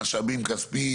משאבים כספיים,